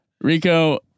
Rico